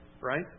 Right